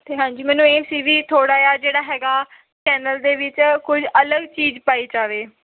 ਅਤੇ ਹਾਂਜੀ ਮੈਨੂੰ ਇਹ ਸੀ ਵੀ ਥੋੜ੍ਹਾ ਜਿਹਾ ਜਿਹੜਾ ਹੈਗਾ ਚੈਨਲ ਦੇ ਵਿੱਚ ਕੁਝ ਅਲੱਗ ਚੀਜ਼ ਪਾਈ ਜਾਵੇ